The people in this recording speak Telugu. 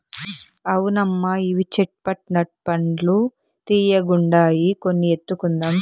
అవునమ్మా ఇవి చేట్ పట్ నట్ పండ్లు తీయ్యగుండాయి కొన్ని ఎత్తుకుందాం